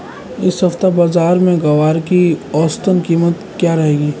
इस सप्ताह बाज़ार में ग्वार की औसतन कीमत क्या रहेगी?